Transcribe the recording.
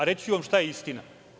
Reći ću vam šta je istina.